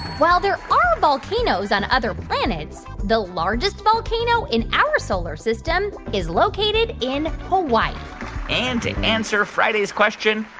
while there are volcanoes on other planets, the largest volcano in our solar system is located in hawaii and to answer friday's question,